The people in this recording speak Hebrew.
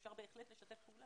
אפשר בהחלט לשתף פעולה.